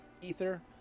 Ether